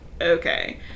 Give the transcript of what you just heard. okay